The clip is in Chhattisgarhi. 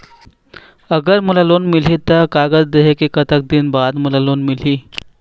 अगर मोला लोन मिलही त कागज देहे के कतेक दिन बाद मोला लोन मिलही?